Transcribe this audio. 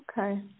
Okay